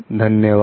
धन्यवाद